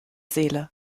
seele